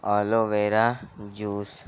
aloe vera juice